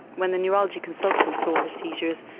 when the neurology consultant saw her seizures,